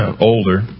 older